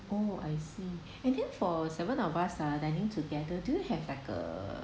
oh I see and then for seven of us ah dining together do you have like uh